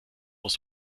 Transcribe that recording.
muss